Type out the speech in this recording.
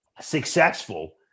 successful